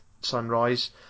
Sunrise